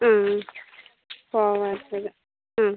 ആ ആ